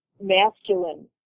masculine